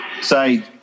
say